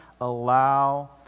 allow